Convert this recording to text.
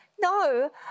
No